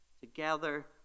together